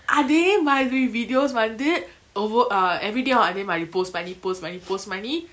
அதே மாதிரி:athe mathiri videos வந்து ஒவ்வோ:vanthu ovvo err everyday holiday மாரி:mari post பன்னி:panni post பன்னி:panni post பன்னி:panni